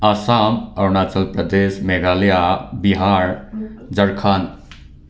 Assam Arunachal Pradesh Meghalaya Bihar Jharkhand